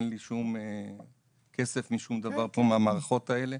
אין לי שום כסף משום דבר פה מהמערכות האלה.